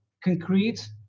concrete